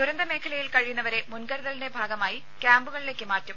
ദുരന്ത മേഖലയിൽ കഴിയുന്നവരെ മുൻകരുതലിന്റെ ഭാഗമായി ക്യാമ്പുകളിലേക്ക് മാറ്റും